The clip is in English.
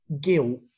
guilt